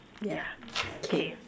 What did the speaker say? yeah okay